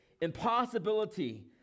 impossibility